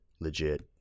legit